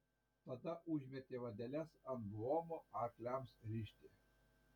tada užmetė vadeles ant buomo arkliams rišti